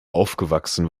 aufgewachsen